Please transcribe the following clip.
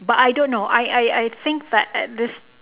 but I don't know I I I think that at this